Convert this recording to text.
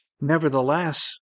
Nevertheless